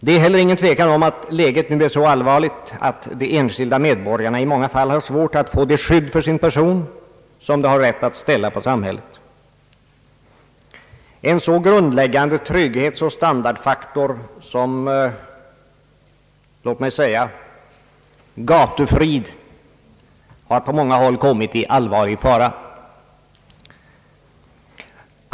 Det är heller ingen tvekan om att läget nu är så allvarligt, att de enskilda medborgarna i många fall har svårt att få det skydd för sin person, som de har rätt att kräva av samhället. En så grundläggande trygghetsoch standardfaktor som låt mig säga gatufrid har på många håll kommit i allvarlig fara.